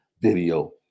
video